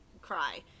cry